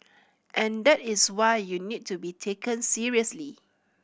and that is why you need to be taken seriously